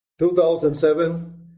2007